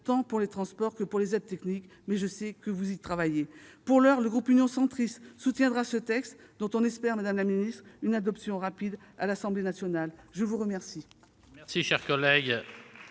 tant pour les transports que pour les aides techniques. Je sais que vous y travaillez. Pour l'heure, le groupe Union Centriste soutiendra ce texte, dont il espère, madame la secrétaire d'État, une adoption rapide à l'Assemblée nationale. La parole